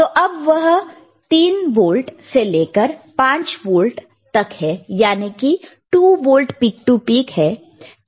तो अब वह 3 वोल्ट से लेकर 5 वोल्ट तक है याने की 2 वोल्ट पिक टु पिक है